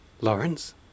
Lawrence